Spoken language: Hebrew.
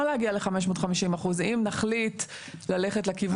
להגיע ל-550% אם נחליט ללכת לכיוון הזה.